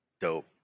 dope